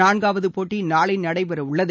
நான்காவது போட்டி நாளை நடைபெற உள்ளது